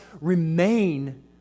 remain